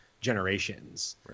generations